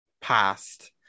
past